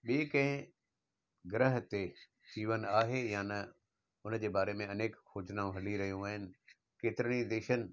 ॿिए कंहिं गृह ते जीवन आहे या न हुन जे बारे में अनेक योजनाऊं हली रहियूं आहिनि केतिरे ई देशनि